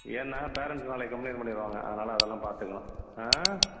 ஏன்னால் பேரன்ட்ஸ் நாளைக்கு கம்ப்ளைன்ட் பண்ணிடுவாங்க அதனால் அதெலாம் பார்த்துக்கணும் ஆ